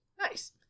Nice